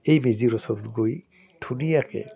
এই মেজিৰ ওচৰত গৈ ধুনীয়াকৈ